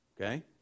okay